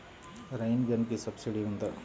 Rain గన్కి subsidy ఉందా?